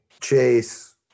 Chase